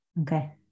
Okay